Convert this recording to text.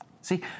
See